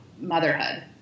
motherhood